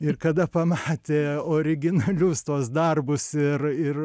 ir kada pamatė originalius tuos darbus ir ir